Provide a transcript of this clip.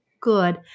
good